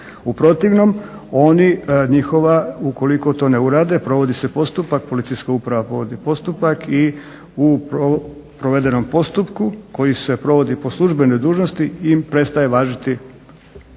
U protivnom oni, njihova ukoliko to ne urade provodi se postupak, policijska uprava provodi postupak i u provedenom postupku koji se provodi po službenoj dužnosti im prestaje važiti,